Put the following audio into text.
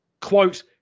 quote